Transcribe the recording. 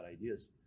ideas